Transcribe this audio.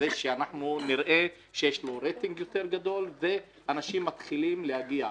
שנראה שיש לו רייטינג גדול יותר ושאנשים מתחילים להגיע.